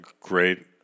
great